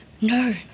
no